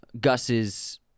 Gus's –